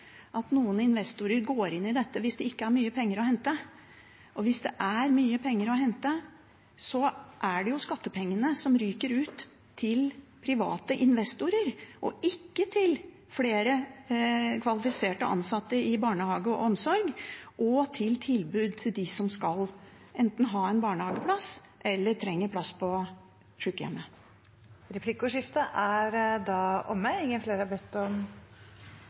at noen investorer går inn i dette hvis det ikke er mye å hente? Og hvis det er mye penger å hente, er det jo skattepenger som ryker ut til private investorer, og ikke til flere kvalifiserte ansatte i barnehager og til omsorg – til tilbud til dem som enten skal ha en barnehageplass eller trenger en plass på sykehjem. Replikkordskiftet er omme. Arbeiderpartiets alternative budsjett ville ha gitt bedre velferdstjenester til innbyggerne og flere